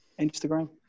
Instagram